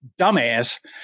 dumbass